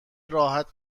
راحت